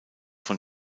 von